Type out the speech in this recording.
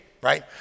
Right